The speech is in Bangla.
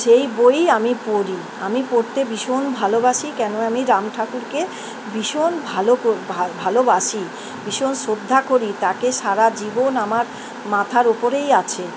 সেই বই আমি পড়ি আমি পড়তে ভীষণ ভালোবাসি কেন আমি রাম ঠাকুরকে ভীষণ ভালো ভালোবাসি ভীষণ শ্রদ্ধা করি তাকে সারা জীবন আমার মাথার ওপরেই আছে